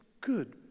good